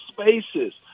spaces